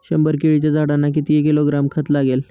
शंभर केळीच्या झाडांना किती किलोग्रॅम खत लागेल?